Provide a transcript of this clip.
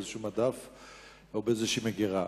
באיזשהו מדף או באיזושהי מגירה.